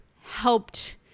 helped